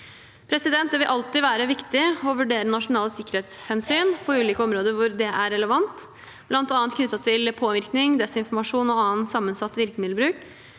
medier. Det vil alltid være viktig å vurdere nasjonale sikkerhetshensyn på ulike områder hvor det er relevant, bl.a. knyttet til påvirkning, desinformasjon og annen sammensatt virkemiddelbruk.